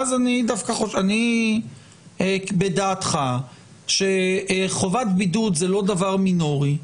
אני בדעתך שחובת בידוד זה לא דבר מינורי,